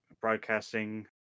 broadcasting